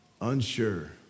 unsure